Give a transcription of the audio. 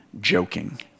joking